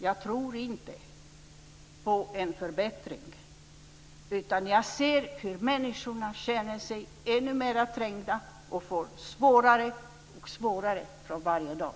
Jag tror inte på en förbättring. Jag ser hur människorna känner sig ännu mer trängda och får det svårare och svårare för varje dag.